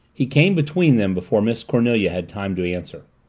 he came between them before miss cornelia had time to answer.